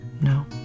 no